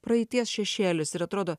praeities šešėlis ir atrodo